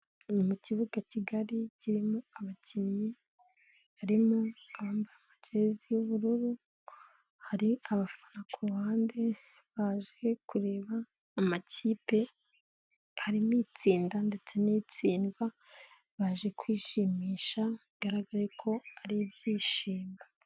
Ni mu kibuga kigali kirimo abakinnyi, harimo abambaye amajezi y'ubururu, hari abafana ku ruhande, baje kureba amakipe, harimo itsinda ndetse n'itsindwa, baje kwishimisha bigaragare ko ari ibyishimo.